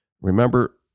Remember